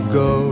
go